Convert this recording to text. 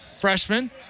freshman